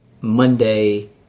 Monday